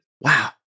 Wow